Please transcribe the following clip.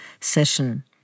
session